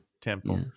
temple